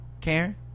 Karen